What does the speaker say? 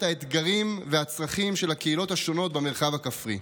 האתגרים והצרכים של הקהילות השונות במרחב הכפרי.